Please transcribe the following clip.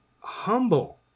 humble